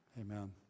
Amen